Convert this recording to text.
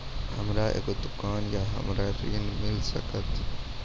हमर एगो दुकान या हमरा ऋण मिल सकत?